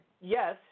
yes